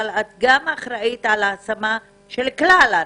אבל את גם אחראית על ההשמה של כלל הנוער.